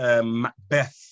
Macbeth